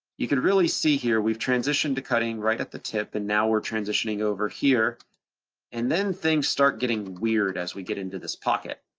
you could really see here, we've transitioned to cutting right at the tip and now we're transitioning over here and then things start getting weird, as we get into this pocket.